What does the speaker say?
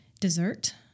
dessert